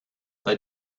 they